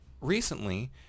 recently